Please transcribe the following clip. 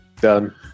Done